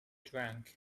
drunk